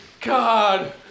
God